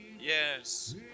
Yes